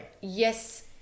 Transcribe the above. Yes